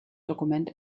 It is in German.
dokument